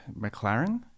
McLaren